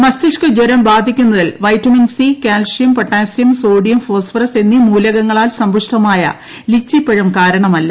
മസ്തിഷ്ക ജൂരം ക്ലായിക്കുന്നതിൽ വൈറ്റമിൻ സി കാൽസ്യം പൊട്ടാസ്യം ്യൂ സോഡിയം ഫോസ്ഫറസ് എന്നീ മൂലകങ്ങളാൽ സമ്പുഷ്ടമായി ലിച്ചിപഴം കാരണമല്ല